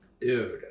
dude